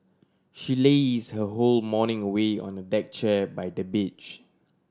she laze her whole morning away on a deck chair by the beach